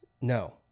no